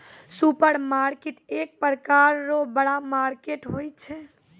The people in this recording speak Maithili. सुपरमार्केट एक प्रकार रो बड़ा मार्केट होय छै